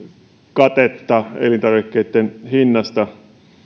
katetta elintarvikkeitten hinnasta